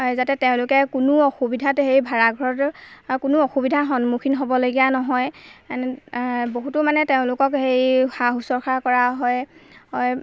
যাতে তেওঁলোকে কোনো অসুবিধাত সেই ভাড়াঘৰটো কোনো অসুবিধা সন্মুখীন হ'বলগীয়া নহয় বহুতো মানে তেওঁলোকক হেৰি সা শুশ্ৰূষা কৰা হয় হয়